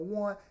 one